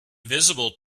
visible